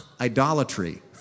Idolatry